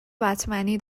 بتمنی